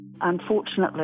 Unfortunately